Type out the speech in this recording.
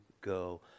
go